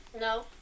No